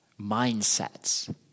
mindsets